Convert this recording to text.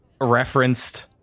referenced